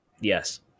Yes